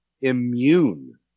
immune